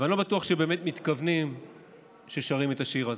אבל אני לא בטוח שבאמת מתכוונים לכך כששרים את השיר הזה.